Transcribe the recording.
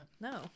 No